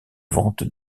vente